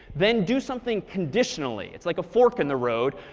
then do something conditionally. it's like a fork in the road.